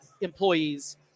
employees